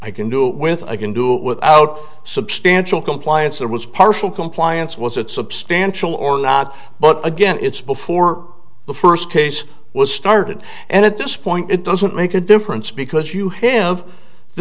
i can do with a can do without substantial compliance there was partial compliance was it substantial or not but again it's before the first case was started and at this point it doesn't make a difference because you have t